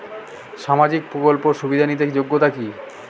সামাজিক প্রকল্প সুবিধা নিতে যোগ্যতা কি?